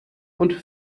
und